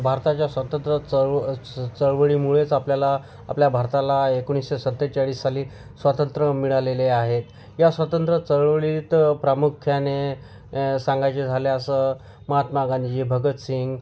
भारताच्या स्वातंत्र्य चळव च चळवळीमुळेच आपल्याला आपल्या भारताला एकोणीसशे सत्तेचाळीस साली स्वातंत्र्य मिळालेले आहे या स्वातंत्र्य चळवळीत प्रामुख्याने सांगायचे झाल्यास महात्मा गांधीजी भगतसिंग